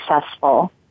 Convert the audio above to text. successful